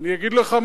מה?